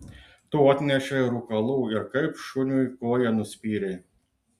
tu atnešei rūkalų ir kaip šuniui koja nuspyrei